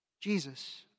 Jesus